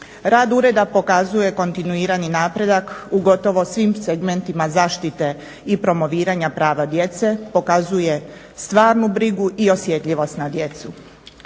Rad ureda pokazuje kontinuirani napredak u gotovo svim segmentima zaštite i promoviranja prava djece, pokazuje stvarnu brigu i osjetljivost na djecu.